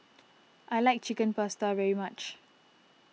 I like Chicken Pasta very much